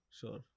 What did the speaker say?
sure